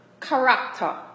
character